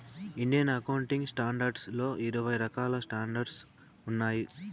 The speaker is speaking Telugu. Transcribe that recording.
ఇండియన్ అకౌంటింగ్ స్టాండర్డ్స్ లో ఇరవై రకాల స్టాండర్డ్స్ ఉన్నాయి